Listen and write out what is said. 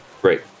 Great